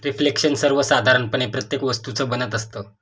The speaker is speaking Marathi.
रिफ्लेक्शन सर्वसाधारणपणे प्रत्येक वस्तूचं बनत असतं